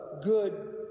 good